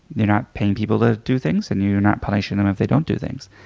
you're not paying people to do things and you're not punishing them if they don't do things.